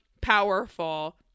powerful